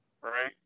right